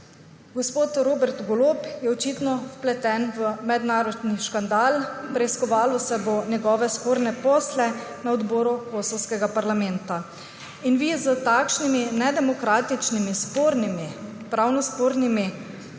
gospod Robert Golob je očitno vpleten v mednarodni škandal. Preiskovalo se bo njegove sporne posle na odboru kosovskega parlamenta. In vi s takšnimi nedemokratičnimi, spornimi, pravno spornimi